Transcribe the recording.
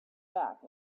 back